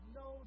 no